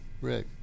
Rick